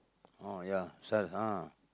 oh ya sells ah